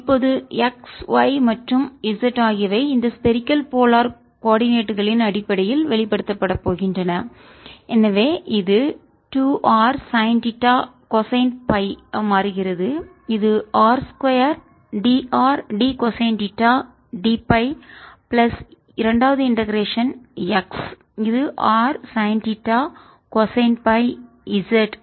இப்போது x y மற்றும் z ஆகியவை இந்த ஸ்பரிக்கல் போலார் கோள துருவ கோஆர்டினேட்களின் அடிப்படையில் வெளிப்படுத்தப்படப் போகின்றன எனவே இது 2 r சைன் தீட்டா கொசைன் மாறுகிறது இது r 2 drd cosine theta dΦ plus இரண்டாவது இண்டெகரேஷன் x இது r சைன் தீட்டாகொசைன் z